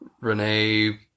Renee